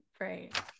right